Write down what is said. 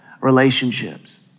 relationships